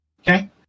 okay